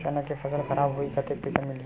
चना के फसल खराब होही कतेकन पईसा मिलही?